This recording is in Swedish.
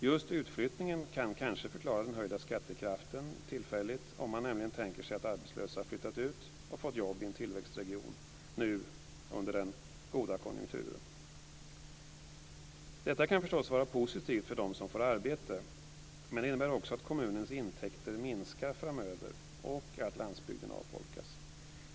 Just utflyttningen kan kanske förklara den höjda skattekraften tillfälligt om man tänker sig att arbetslösa flyttat ut och fått jobb i en tillväxtregion nu under den goda konjunkturen. Detta kan förstås vara positivt för dem som får arbete, men det innebär också att kommunens intäkter minskar framöver och att landsbygden avfolkas.